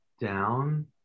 down